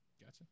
Gotcha